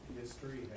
history